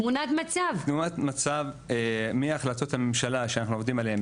תמונת מצב - מההחלטות הממשלה שאנחנו עובדים עליהם,